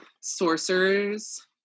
sorcerers